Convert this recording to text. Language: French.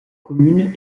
commune